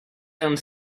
and